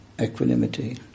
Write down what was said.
equanimity